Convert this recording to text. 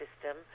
system